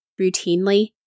routinely